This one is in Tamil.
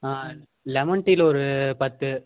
லெமன் டீயில ஒரு பத்து